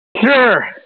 Sure